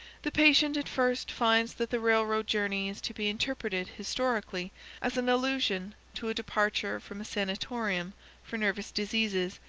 the patient at first finds that the railroad journey is to be interpreted historically as an allusion to a departure from a sanatorium for nervous diseases,